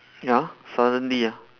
ya suddenly ah